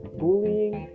bullying